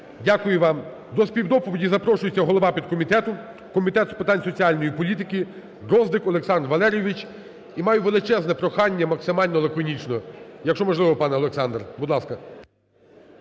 Дякую вам. До співдоповіді запрошується голова підкомітету Комітету з питань соціальної політики Дроздик Олександр Валерійович. І маю величезне прохання максимально лаконічно, якщо можливо, пане Олександр. Будь ласка.